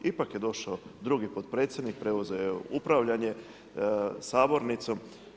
Ipak je došao drugi potpredsjednik, preuzeo je upravljanje sabornicom.